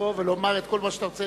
לבוא ולומר את כל מה שאתה רוצה,